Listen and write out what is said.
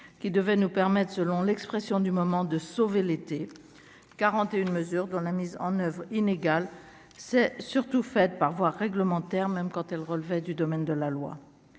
qui devait nous permettent, selon l'expression du moment, de sauver l'été 41 mesure dans la mise en oeuvre inégale s'est surtout faite par voie réglementaire, même quand elle relevait du domaine de la loi,